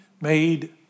made